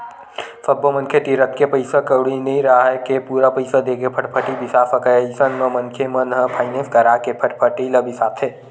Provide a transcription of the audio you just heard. सब्बो मनखे तीर अतेक पइसा कउड़ी नइ राहय के पूरा पइसा देके फटफटी बिसा सकय अइसन म मनखे मन ह फायनेंस करा के फटफटी ल बिसाथे